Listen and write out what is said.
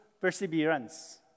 perseverance